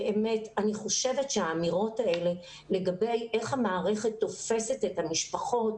אני חושבת שהאמירות האלו לגבי איך המערכת תופסת את המשפחות,